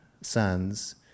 sons